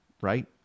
Right